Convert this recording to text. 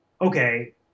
okay